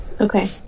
Okay